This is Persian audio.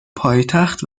پایتخت